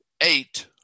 eight